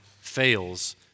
fails